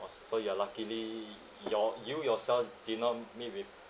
!wah! so you are luckily your you yourself did not meet with